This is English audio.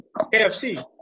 KFC